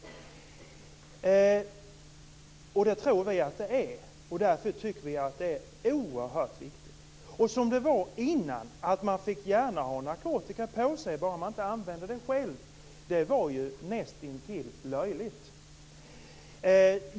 Det tror vi också, och därför tycker vi att det är oerhört viktigt. Innan fick man gärna ha narkotika på sig, bara man inte använde det själv. Det var ju näst intill löjligt.